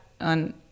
on